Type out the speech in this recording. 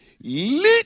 lead